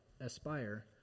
aspire